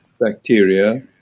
bacteria